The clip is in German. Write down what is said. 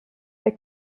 der